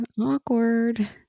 Awkward